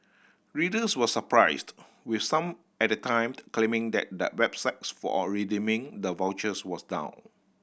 readers were surprised with some at the timed claiming that the websites for redeeming the vouchers was down